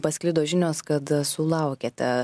pasklido žinios kad sulaukiate